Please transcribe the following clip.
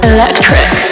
Electric